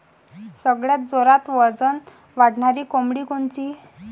सगळ्यात जोरात वजन वाढणारी कोंबडी कोनची?